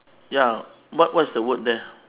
ya what what is the word there